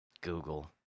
Google